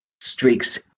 streaks